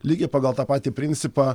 lygiai pagal tą patį principą